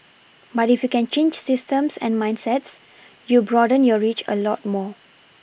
but if you can change systems and mindsets you broaden your reach a lot more